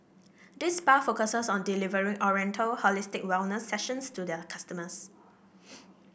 this spa focuses on delivering oriental holistic wellness sessions to their customers